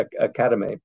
Academy